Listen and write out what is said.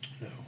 No